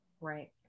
Right